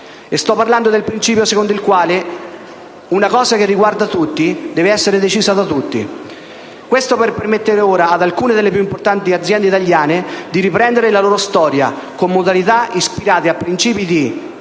Sto parlando del principio secondo il quale una cosa che riguarda tutti, deve essere decisa da tutti. Questo per permettere ora ad alcune delle più importanti aziende italiane di riprendere la loro storia con modalità ispirate a principi di